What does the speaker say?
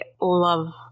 love